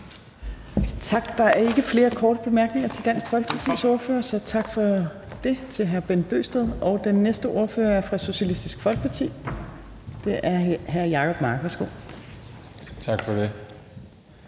tak for det